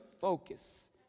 focus